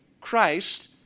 Christ